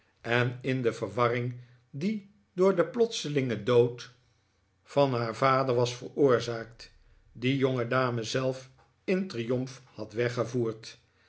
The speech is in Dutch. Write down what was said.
en in de verwarring die door den plotselingen dood van haar vader was veroorzaakt die jongedame zelf in triomf had weggevoerd